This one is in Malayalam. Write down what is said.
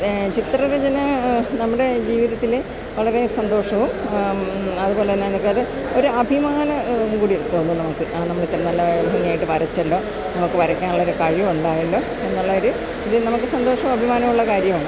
ചിത്രരചന നമ്മുടെ ജീവിതത്തില് വളരെ സന്തോഷവും അതുപോലെതന്നെ നമുക്കൊരു ഒരു അഭിമാന ഇതുകൂടി തോന്നും നമുക്ക് നമ്മള് ഇത്രയും നല്ല ഭംഗിയായിട്ട് വരച്ചല്ലോ നമ്മള്ക്ക് വരയ്ക്കാനുള്ള ഒരു കഴിവ് ഉണ്ടായല്ലോ എന്നുള്ള ഒരു ഇത് നമുക്ക് സന്തോഷോം അഭിമാനമുള്ള കാര്യമാണ്